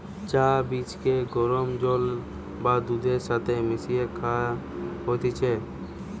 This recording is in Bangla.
চা বীজকে গরম জল বা দুধের সাথে মিশিয়ে খায়া হতিছে